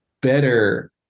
better